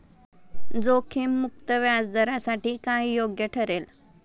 जोखीम मुक्त व्याजदरासाठी काय योग्य ठरेल?